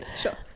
sure